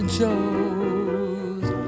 chose